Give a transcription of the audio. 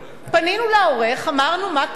פנינו לעורך, אמרנו: מה קרה?